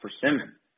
persimmon